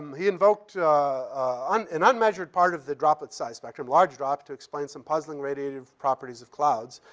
he invoked um an unmeasured part of the droplet-size spectrum, large drop, to explain some puzzling radiative properties of clouds.